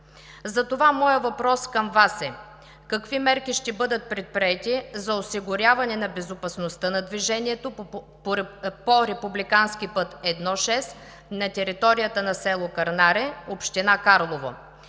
Затова моят въпрос към Вас е: какви мерки ще бъдат предприети за осигуряване на безопасността на движението по републикански път I-6 на територията на село Кърнаре, община Карлово?